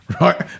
Right